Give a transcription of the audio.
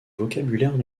vocabulaire